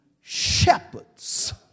shepherds